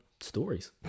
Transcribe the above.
stories